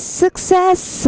success